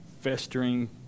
festering